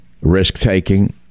risk-taking